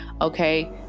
okay